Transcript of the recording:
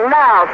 now